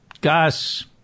Gus